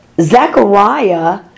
Zechariah